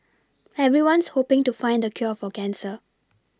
everyone's hoPing to find the cure for cancer